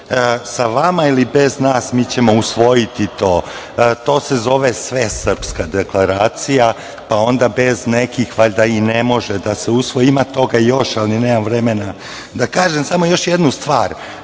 sa vama ili bez vas, mi ćemo usvojiti to. To se zove svesrpska deklaracija, pa onda bez nekih valjda i ne može da se usvoji. Ima toga još, ali nemam vremena. Da kažem samo još jednu stvar,